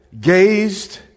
gazed